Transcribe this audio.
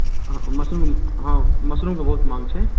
हँ मशरूम हँ मशरूमके बहुत मांग छै